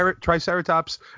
Triceratops